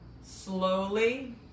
Slowly